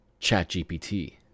ChatGPT